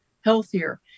healthier